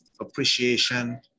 appreciation